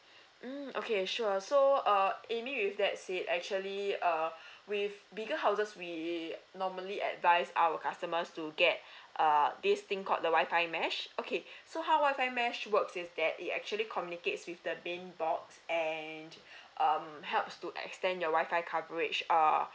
mm okay sure so uh amy with that said actually uh with bigger houses we normally advise our customers to get err this thing called the WI-FI mesh okay so how WI-FI mesh works is that it actually communicates with the main box and um helps to extend your WI-FI coverage uh